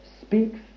speaks